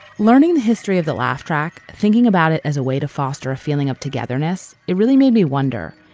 learning the history of the laugh track, thinking about it as a way to foster a feeling of togetherness. it really made me wonder,